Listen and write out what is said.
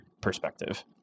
perspective